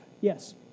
Yes